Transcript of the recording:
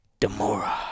Demora